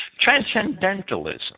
Transcendentalism